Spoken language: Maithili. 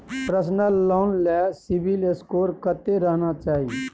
पर्सनल लोन ले सिबिल स्कोर कत्ते रहना चाही?